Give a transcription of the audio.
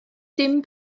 dim